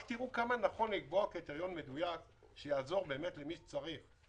רק תראו כמה נכון לקבוע קריטריון מדויק שיעזור באמת למי שצריך.